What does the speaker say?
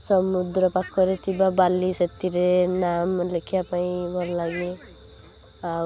ସମୁଦ୍ର ପାଖରେ ଥିବା ବାଲି ସେଥିରେ ନାମ ଲେଖିବା ପାଇଁ ଭଲ ଲାଗେ ଆଉ